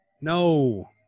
No